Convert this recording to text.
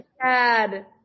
sad